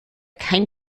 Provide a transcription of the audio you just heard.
kein